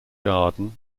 garden